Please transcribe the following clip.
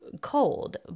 cold